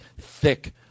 thick